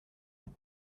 vous